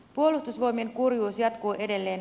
puolustusvoimien kurjuus jatkuu edelleen